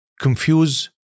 confuse